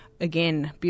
again